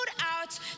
out